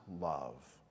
love